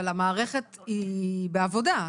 אבל המערכת היא בעבודה.